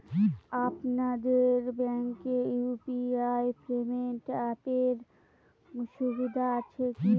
আপনাদের ব্যাঙ্কে UPI payment অ্যাপের সুবিধা আছে কি?